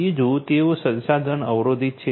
બીજું તેઓ સંસાધન અવરોધિત છે